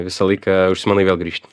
visą laiką užsimanai vėl grįžt